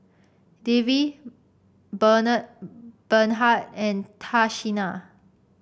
Davie Bernhard and Tashina